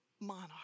monarch